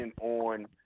on